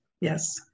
Yes